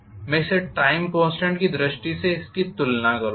फिर मैं इसे टाइम कॉन्स्टेंट की दृष्टि से इसकी तुलना करूँगा